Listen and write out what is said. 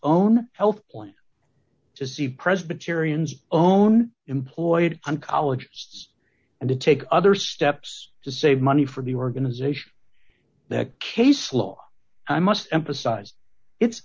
own health point to see presbyterians own employed on college and to take other steps to save money for the organization that case law i must emphasize it's